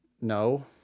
No